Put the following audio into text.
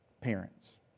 parents